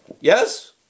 yes